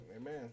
Amen